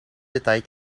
detail